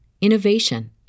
innovation